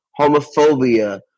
homophobia